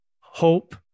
Hope